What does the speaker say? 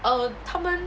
err 他们